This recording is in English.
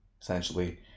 Essentially